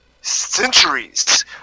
centuries